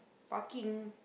parking